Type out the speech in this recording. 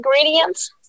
ingredients